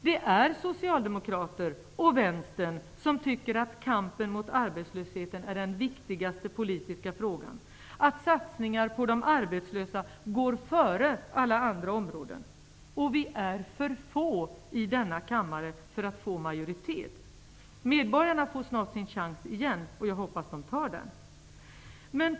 Det är socialdemokrater och vänstern som tycker att kampen mot arbetslösheten är den viktigaste politiska frågan, att satsningar på de arbetslösa går före alla andra områden. Vi är för få i denna kammare för att få majoritet. Medborgarna får snart sin chans igen, och jag hoppas att de tar den.